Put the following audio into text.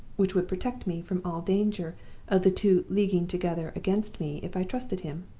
which would protect me from all danger of the two leaguing together against me if i trusted him.